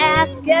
ask